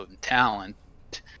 talent